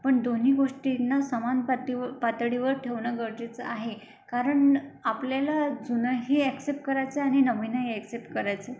पण दोन्ही गोष्टींना समान पातीव पातळीवर ठेवणं गरजेचं आहे कारण आपल्याला जुनंही ॲक्सेप्ट करायचं आहे आणि नवीनही ॲक्सेप्ट करायचं